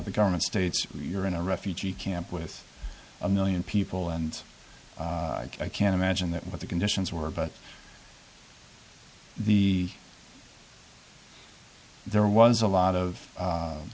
the government states you're in a refugee camp with a million people and i can't imagine that what the conditions were but the there was a lot